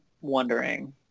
wondering